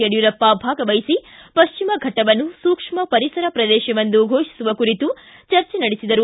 ಯಡಿಯೂರಪ್ಪ ಭಾಗವಹಿಸಿ ಪಶ್ಚಿಮ ಫಟ್ಟವನ್ನು ಸೂಕ್ಷ್ಮ ಪರಿಸರ ಪ್ರದೇಶವೆಂದು ಫೋಷಿಸುವ ಕುರಿತು ಚರ್ಚೆ ನಡೆಸಿದರು